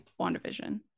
WandaVision